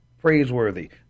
praiseworthy